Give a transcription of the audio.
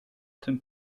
tym